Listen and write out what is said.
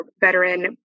veteran